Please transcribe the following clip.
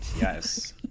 Yes